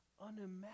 unimaginable